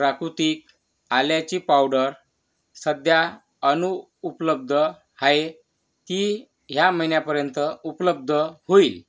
प्राकृतिक आल्याची पावडर सध्या अनुपलब्ध आहे ती ह्या महिन्यापर्यंत उपलब्ध होईल